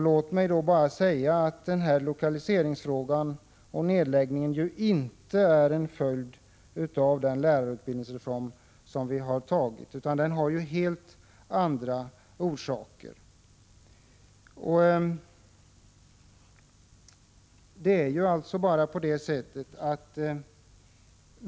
Låt mig då bara säga att denna lokaliseringsfråga inte är en följd av den 169 lärarutbildningsreform som vi har antagit, utan den har helt andra orsaker.